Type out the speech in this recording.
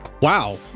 Wow